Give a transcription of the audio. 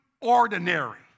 ordinary